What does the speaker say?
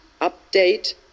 update